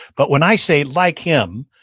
but when i say like him,